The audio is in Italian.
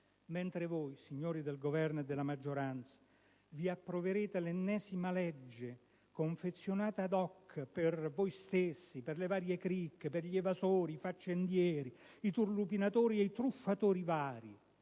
Mentre voi, signori del Governo e della maggioranza, vi approverete l'ennesima legge confezionata *ad hoc* per voi stessi, per le varie cricche, per evasori, faccendieri, turlupinatori e truffatori vari,